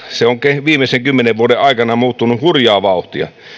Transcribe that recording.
se on viimeisten kymmenen vuoden aikana muuttunut hurjaa vauhtia